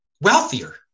wealthier